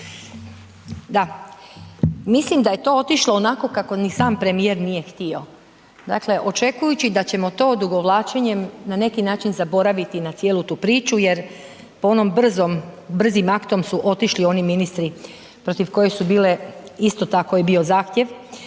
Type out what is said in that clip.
Da, mislim da je to otišlo onako kako ni sam premijer nije htio, dakle očekujući da će mu to odugovlačenjem na neki način zaboraviti na cijelu ti priču jer po onim brzim aktom su otišli oni ministri protiv kojih su bile, isto tako je bio zahtjev